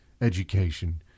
education